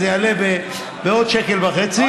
אז היא תעלה בעוד שקל וחצי,